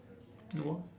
your one